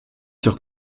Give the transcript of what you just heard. sur